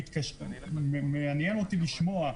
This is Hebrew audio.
מעניין אותי לשמוע,